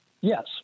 Yes